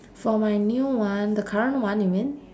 for my new one the current one you mean